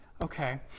Okay